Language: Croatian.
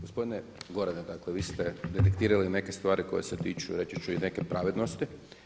Gospodine Gorane, dakle vi ste detektirali neke stvari koje se tiču reći ću i neke pravednosti.